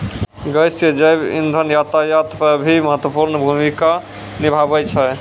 गैसीय जैव इंधन यातायात म भी महत्वपूर्ण भूमिका निभावै छै